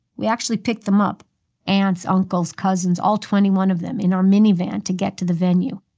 we actually picked them up aunts, uncles, cousins, all twenty one of them, in our minivan to get to the venue.